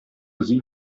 sie